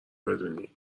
بدونی